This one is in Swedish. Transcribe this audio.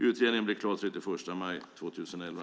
Utredningen blir klar den 31 maj 2011.